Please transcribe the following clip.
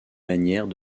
manières